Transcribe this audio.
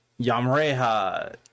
Yamreha